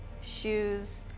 shoes